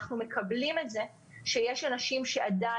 אנחנו מקבלים את זה שיש עדיין אנשים שהיו